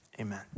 amen